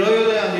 אני לא יודע.